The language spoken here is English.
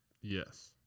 Yes